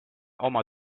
oma